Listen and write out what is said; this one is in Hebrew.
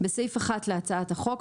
בסעיף 1 להצעת החוק,